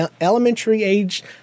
elementary-age